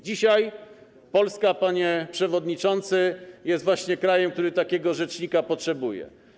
Dzisiaj Polska, panie przewodniczący, jest właśnie krajem, który takiego rzecznika potrzebuje.